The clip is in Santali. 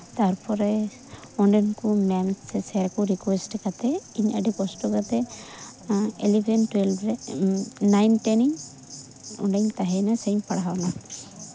ᱛᱟᱨᱯᱚᱨᱮ ᱚᱸᱰᱮᱱ ᱠᱚ ᱢᱮᱢ ᱥᱮ ᱥᱮᱨ ᱨᱤᱠᱩᱭᱮᱥᱴ ᱠᱟᱛᱮᱜ ᱤᱧ ᱟᱹᱰᱤ ᱠᱚᱥᱴᱚ ᱠᱟᱛᱮᱜ ᱤᱞᱤᱵᱷᱮᱱ ᱴᱩᱭᱮᱞᱵᱷ ᱨᱮ ᱱᱟᱭᱤᱱ ᱴᱮᱱ ᱤᱧ ᱚᱸᱰᱮᱧ ᱛᱟᱦᱮᱭᱮᱱᱟ ᱥᱮᱧ ᱯᱟᱲᱦᱟᱣᱱᱟ